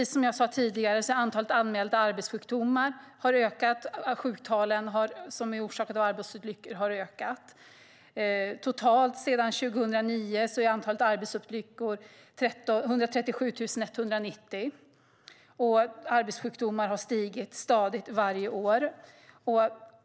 Som jag sade tidigare har antalet anmälda arbetssjukdomar ökat, och sjuktalen som är orsakade av arbetsolyckor har ökat. Totalt sedan 2009 är antalet arbetsolyckor 137 190, och antalet arbetssjukdomar har stigit stadigt varje år.